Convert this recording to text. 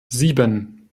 sieben